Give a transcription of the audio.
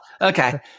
Okay